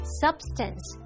substance